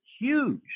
huge